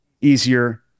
easier